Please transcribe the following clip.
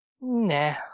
Nah